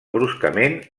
bruscament